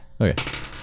Okay